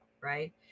Right